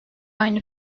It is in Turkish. aynı